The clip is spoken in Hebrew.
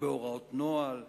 בהוראות נוהל,